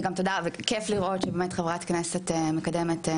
וכיף לראות שחברת כנסת מקדמת,